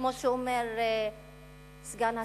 כמו שאומר סגן השר.